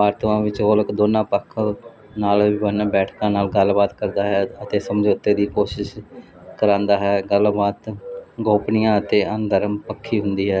ਆਤਮਾ ਵਿਚ ਔਲਕ ਦੋਨਾਂ ਪੱਖਾਂ ਨਾਲ ਬਿਬਾਨਾਂ ਬੈਠਕਾਂ ਨਾਲ ਗੱਲਬਾਤ ਕਰਦਾ ਹੈ ਅਤੇ ਸਮਝੌਤੇ ਦੀ ਕੋਸ਼ਿਸ਼ ਕਰਾਉਂਦਾ ਹੈ ਕਲਾਮਾਤ ਗੋਪਨੀਆ ਅਤੇ ਅੰਦਰ ਪੱਖੀ ਹੁੰਦੀ ਹੈ